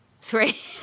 Three